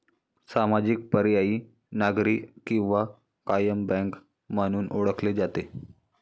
सामाजिक, पर्यायी, नागरी किंवा कायम बँक म्हणून ओळखले जाते